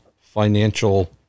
financial